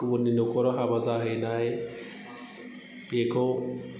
गुबुननि न'खराव हाबा जाहैनाय बेखौ